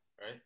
right